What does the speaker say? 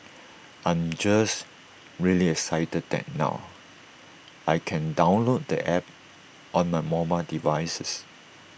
I'm just really excited that now I can download the app on my mobile devices